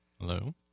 Hello